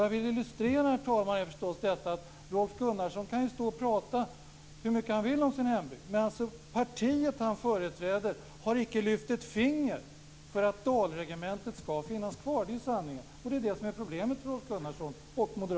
Jag vill illustrera att Rolf Gunnarsson kan prata hur mycket han vill om sin hembygd, men det parti han företräder har icke lyft ett finger för att Dalregementet ska finnas kvar. Det är sanningen, och det är det som är problemet för